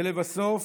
ולבסוף